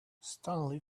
stanley